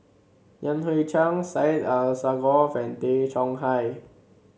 Yan Hui Chang Syed Alsagoff and Tay Chong Hai